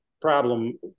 problem